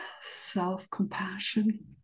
self-compassion